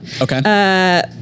okay